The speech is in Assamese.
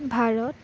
ভাৰত